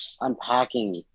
unpacking